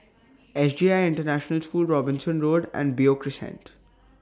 S J I International School Robinson Road and Beo Crescent